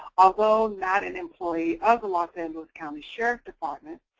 although not an employee of the los angeles county sheriff's department,